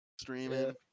Streaming